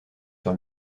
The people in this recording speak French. sur